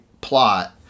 plot